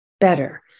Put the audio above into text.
better